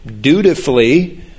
dutifully